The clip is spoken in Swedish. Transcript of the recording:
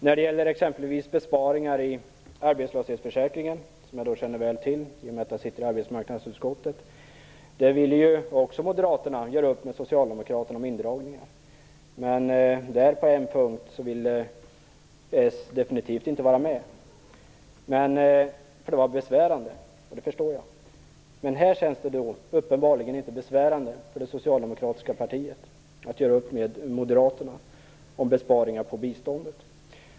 När det gäller exempelvis besparingar i arbetslöshetsförsäkringen, som jag väl känner till i och med att jag sitter med i arbetsmarknadsutskottet, vill också moderaterna göra upp med socialdemokraterna om indragningar. Men där ville socialdemokraterna på en punkt definitivt inte vara med, för det var besvärande, vilket jag förstår. Men här känns det uppenbarligen inte besvärande för det socialdemokratiska partiet att med moderaterna göra upp om besparingar på biståndet.